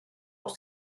aus